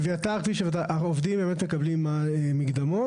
אביתר, העובדים באמת מקבלים מקדמות.